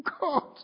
God